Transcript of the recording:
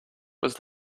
was